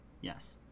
Yes